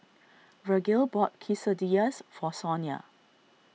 Vergil bought Quesadillas for Sonia